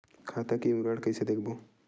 खाता के विवरण कइसे देखबो?